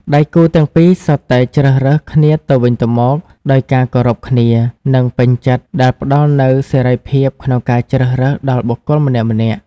ដៃគូទាំងពីរសុទ្ធតែជ្រើសរើសគ្នាទៅវិញទៅមកដោយ ការគោរពគ្នា និងពេញចិត្ត ដែលផ្តល់នូវ សេរីភាពក្នុងការជ្រើសរើសដល់បុគ្គលម្នាក់ៗ។